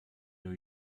new